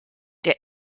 der